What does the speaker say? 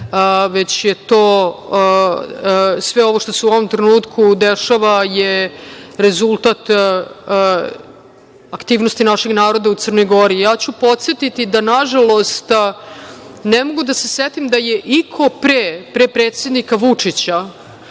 već sve što se dešava u ovom trenutku je rezultata aktivnosti našeg naroda u Crnoj Gori. Ja ću podsetiti da na žalost, ne mogu da se setim da je iko pre predsednika Vučića